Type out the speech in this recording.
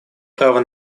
права